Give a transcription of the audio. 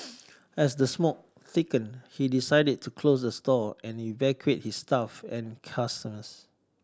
as the smoke thickened he decided to close the store and evacuate his staff and customers